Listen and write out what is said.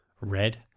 Red